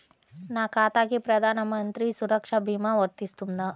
నా ఖాతాకి ప్రధాన మంత్రి సురక్ష భీమా వర్తిస్తుందా?